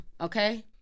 okay